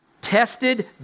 Tested